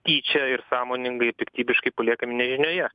tyčia ir sąmoningai piktybiškai paliekami nežinioje